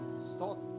Stop